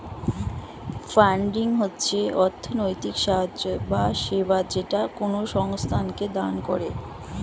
funding হচ্ছে অর্থনৈতিক সাহায্য বা সেবা যেটা কোনো সংস্থাকে দান করে